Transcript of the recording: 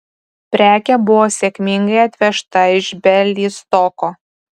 prekė buvo sėkmingai atvežta iš bialystoko